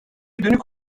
dönük